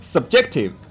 Subjective